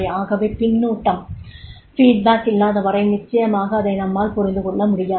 ஆகவே பின்னூட்டம் இல்லாத வரை நிச்சயமாக அதை நம்மால் புரிந்து கொள்ள முடியாது